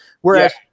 Whereas